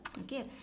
Okay